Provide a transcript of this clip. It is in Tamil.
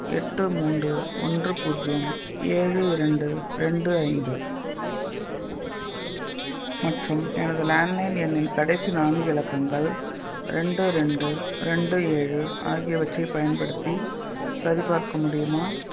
எட்டு மூன்று ஒன்று பூஜ்ஜியம் ஏழு ரெண்டு ரெண்டு ஐந்து மற்றும் எனது லேண்ட்லைன் எண்ணின் கடைசி நான்கு இலக்கங்கள் ரெண்டு ரெண்டு ரெண்டு ஏழு ஆகியவற்றை பயன்படுத்தி சரிபார்க்க முடியுமா